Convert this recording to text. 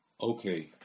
Okay